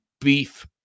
beef